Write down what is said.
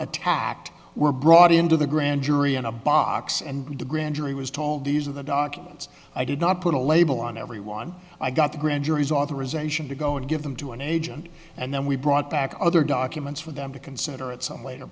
attacked were brought into the grand jury in a box and the grand jury was told these are the documents i did not put a label on everyone i got the grand jury's authorization to go and give them to an agent and then we brought back other documents for them to consider at some later